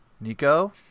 Nico